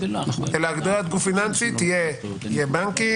אלא הגדרת גוף פיננסי תהיה בנקים,